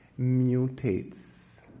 mutates